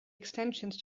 extensions